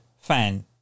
fan